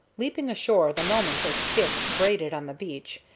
leaping ashore the moment his skiff grated on the beach,